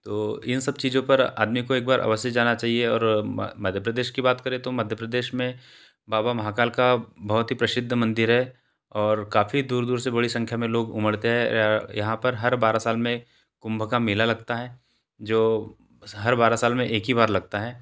तो इन सब चीज़ों पर आदमी को एक बार अवश्य जाना चाहिए और मध्य प्रदेश की बात करें तो मध्य प्रदेश में बाबा महाकाल का बहुत ही प्रसिद्ध मंदिर है और काफ़ी दूर दूर से बड़ी संख्या में लोग उमड़ते हैं यहाँ पर हर बारह साल में कुंभ का मेला लगता है जो हर बारह साल में एक ही बार लगता है